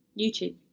YouTube